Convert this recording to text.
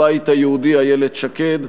הבית היהודי: איילת שקד.